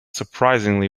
surprisingly